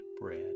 Bread